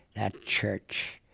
that church,